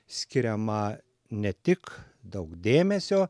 skiriama ne tik daug dėmesio